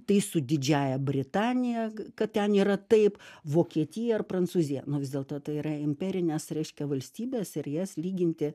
tai su didžiąja britanija kad ten yra taip vokietija ar prancūzija nuo vis dėlto tai yra imperinės reiškia valstybės ir jas lyginti